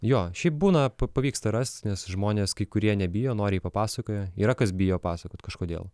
jo šiaip būna pa pavyksta rasti nes žmonės kurie nebijo noriai papasakoja yra kas bijo pasakot kažkodėl